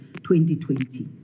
2020